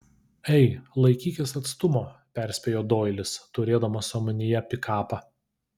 ei laikykis atstumo perspėjo doilis turėdamas omenyje pikapą